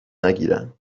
نگیرند